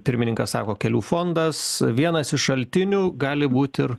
pirmininkas sako kelių fondas vienas iš šaltinių gali būt ir